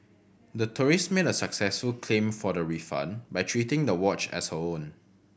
the tourist made a successful claim for the refund by treating the watch as her own